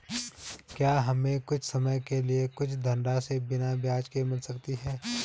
क्या हमें कुछ समय के लिए कुछ धनराशि बिना ब्याज के मिल सकती है?